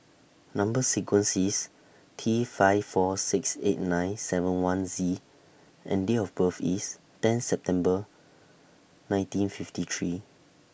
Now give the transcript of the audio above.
Number sequence IS T five four six eight nine seven one Z and Date of birth IS ten September nineteen fifty three